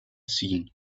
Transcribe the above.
seen